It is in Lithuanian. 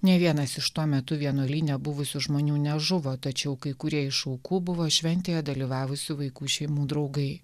nė vienas iš tuo metu vienuolyne buvusių žmonių nežuvo tačiau kai kurie iš aukų buvo šventėje dalyvavusių vaikų šeimų draugai